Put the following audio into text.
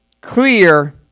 clear